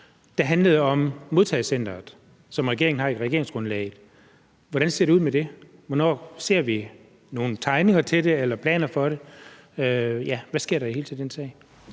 handlede om modtagecentret, som regeringen nævner i regeringsgrundlaget. Hvordan ser det ud med det? Hvornår ser vi nogle tegninger til det eller planer for det? Hvad sker der i hele taget i den sag?